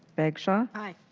bagshaw. aye.